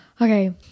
Okay